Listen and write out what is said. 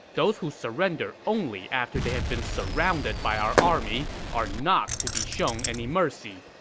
those who surrender only after they have been surrounded by our army are not to be shown any mercy.